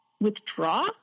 withdraw